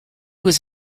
was